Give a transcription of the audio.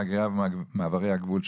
ההגירה ומעברי הגבול,